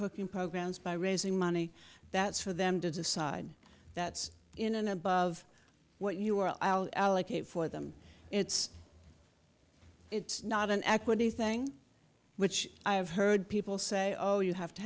cooking programs by raising money that's for them to decide that in an above what you are allocated for them it's it's not an equity thing which i have heard people say oh you have to